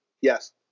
Yes